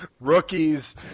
rookies